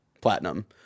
platinum